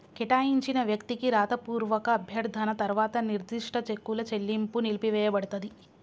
కేటాయించిన వ్యక్తికి రాతపూర్వక అభ్యర్థన తర్వాత నిర్దిష్ట చెక్కుల చెల్లింపు నిలిపివేయపడతది